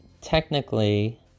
technically